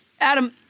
Adam